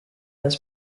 this